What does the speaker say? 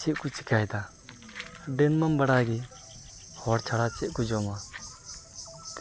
ᱪᱮᱫ ᱠᱚ ᱪᱤᱠᱟᱹᱭᱮᱫᱟ ᱰᱟᱹᱱ ᱢᱟᱢ ᱵᱟᱲᱟᱭᱜᱮ ᱦᱚᱲ ᱪᱷᱟᱲᱟ ᱪᱮᱫ ᱠᱚ ᱡᱚᱢᱟ